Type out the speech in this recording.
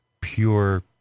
pure